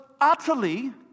utterly